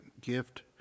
gift